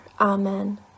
Amen